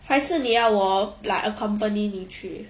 还是你要我 like accompany 你去